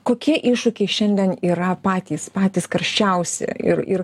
kokie iššūkiai šiandien yra patys patys karščiausi ir ir